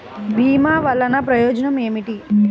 భీమ వల్లన ప్రయోజనం ఏమిటి?